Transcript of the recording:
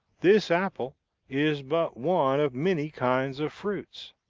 this apple is but one of many kinds of fruits.